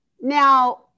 Now